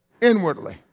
Inwardly